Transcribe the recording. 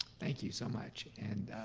thank you so much, and